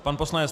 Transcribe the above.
Pan poslanec